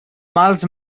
mals